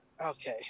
Okay